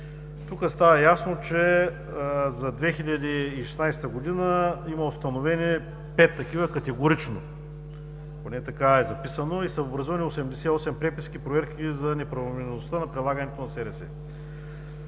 Тук става ясно, че за 2016 г. има установени пет такива категорично, поне така е записано, и са образувани 88 преписки и проверки за неправомерността на прилагането на СРС,